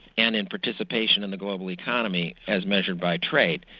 and in participation in the global economy as measured by trade.